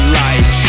life